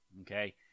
okay